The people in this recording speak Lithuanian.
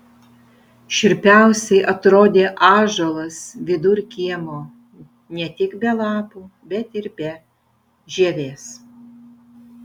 šiurpiausiai atrodė ąžuolas vidur kiemo ne tik be lapų bet ir be žievės